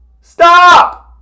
Stop